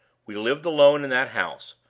we lived alone in that house,